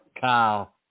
Kyle